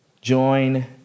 join